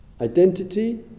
Identity